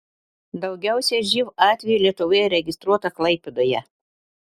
daugiausiai živ atvejų lietuvoje registruota klaipėdoje